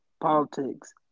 politics